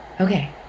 okay